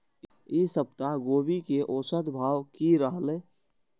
ई सप्ताह गोभी के औसत भाव की रहले?